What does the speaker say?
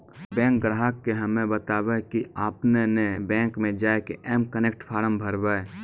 bank ग्राहक के हम्मे बतायब की आपने ने बैंक मे जय के एम कनेक्ट फॉर्म भरबऽ